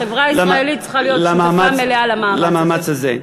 החברה הישראלית צריכה להיות שותפה מלאה למאמץ הזה.